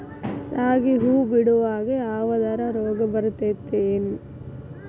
ರಾಗಿ ಹೂವು ಬಿಡುವಾಗ ಯಾವದರ ರೋಗ ಬರತೇತಿ ಏನ್?